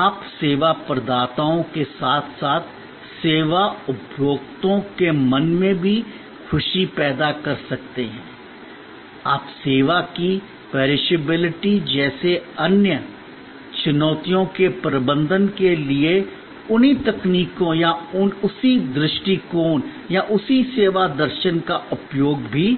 आप सेवा प्रदाताओं के साथ साथ सेवा उपभोक्ताओं के मन में भी खुशी पैदा कर सकते हैं आप सेवा की पेरिसेबिलिटी जैसी अन्य चुनौतियों के प्रबंधन के लिए उन्हीं तकनीकों या उसी दृष्टिकोण या उसी सेवा दर्शन का उपयोग भी